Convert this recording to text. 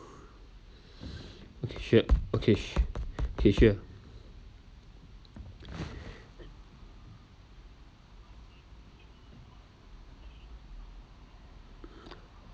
okay sure okay s~ okay sure